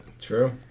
True